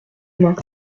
main